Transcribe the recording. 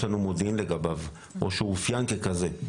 לנו מודיעין לגביו או שהוא אופיין ככזה.